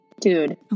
dude